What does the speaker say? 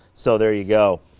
so there we go.